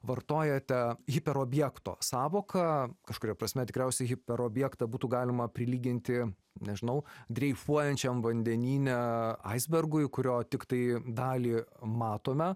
vartojate hiperobjekto sąvoką kažkuria prasme tikriausiai hiperobjektą būtų galima prilyginti nežinau dreifuojančiam vandenyne aisbergui kurio tiktai dalį matome